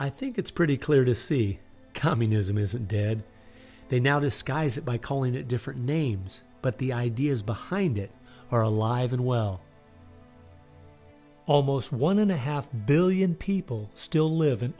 i think it's pretty clear to see communism isn't dead they now disguise it by calling it different names but the ideas behind it are alive and well almost one and a half billion people still live an